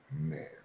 man